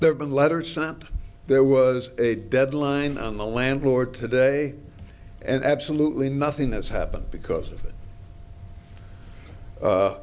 there been letters sent there was a deadline on the landlord today and absolutely nothing has happened because of it